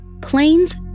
Planes